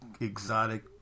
exotic